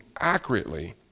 accurately